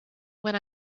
when